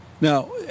now